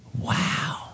Wow